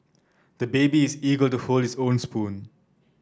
the baby is eager to hold his own spoon